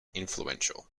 influential